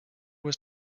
was